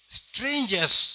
strangers